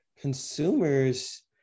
consumers